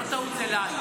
זאת לא טעות אליי.